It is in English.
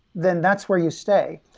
then that's where you stay.